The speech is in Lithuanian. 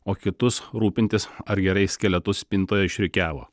o kitus rūpintis ar gerai skeletus spintoje išrikiavo